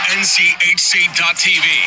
nchc.tv